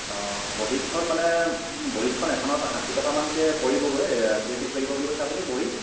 অঁ বহীকেইখন মানে বহীকেইখন এখনত ষাঠি টকামানকৈ পৰিবগৈ কেইপিচ লাগিব বুলি কৈছিলে আপুনি বহী